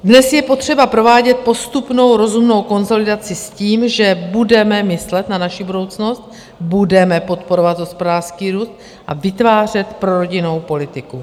Dnes je potřeba provádět postupnou rozumnou konsolidaci s tím, že budeme myslet na naši budoucnost, budeme podporovat hospodářský růst a vytvářet prorodinnou politiku.